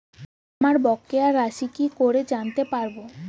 আমার বকেয়া রাশি কি করে জানতে পারবো?